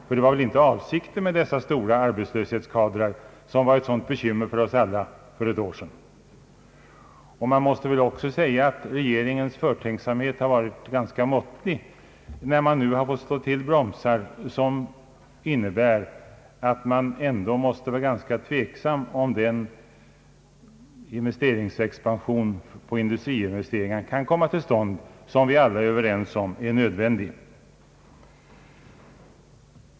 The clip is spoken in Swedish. Det var väl ändå inte avsikten att få de betydande arbetslöshetskadrar som var ett så stort bekymmer för oss alla för ett år sedan. Man måste också säga att reringens förtänksamhet varit ganska måttlig, när den nu fått slå till starka bromsar som gör det tveksamt om den expansion i fråga om industriinvesteringar kan komma till stånd, som vi alla är överens om är nödvändig.